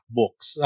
books